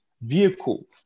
vehicle